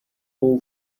all